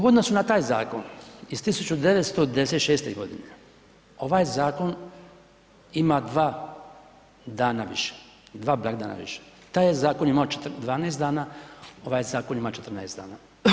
U odnosu na taj zakon iz 1996.g., ovaj zakon ima 2 dana više, 2 blagdana više, taj je zakon imao 12 dana, ovaj zakon ima 14 dana.